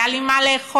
היה לי מה לאכול.